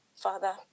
Father